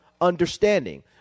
understanding